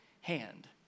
hand